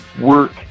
work